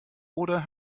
oder